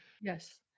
Yes